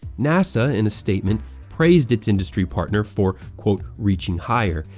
nasa in a statement praised its industry partner for reaching higher,